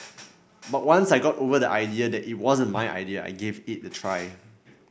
but once I got over the idea that it wasn't my idea I gave it a try